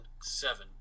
seven